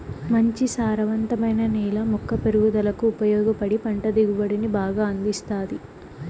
మంచి సారవంతమైన నేల మొక్క పెరుగుదలకు ఉపయోగపడి పంట దిగుబడిని బాగా అందిస్తాది